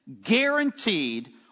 guaranteed